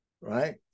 right